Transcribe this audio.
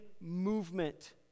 movement